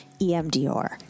EMDR